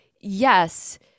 yes